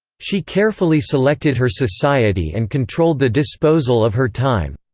she carefully selected her society and controlled the disposal of her time.